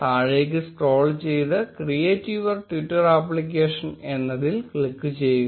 താഴേക്ക് സ്ക്രോൾ ചെയ്ത് create your Twitter application എന്നതിൽ ക്ലിക്കുചെയ്യുക